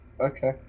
Okay